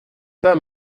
pas